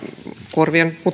korvat